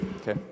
Okay